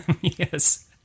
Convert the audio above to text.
Yes